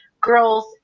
girls